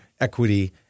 equity